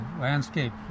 landscape